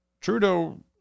Trudeau